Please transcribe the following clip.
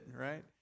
right